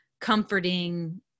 comforting